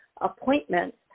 appointments